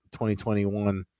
2021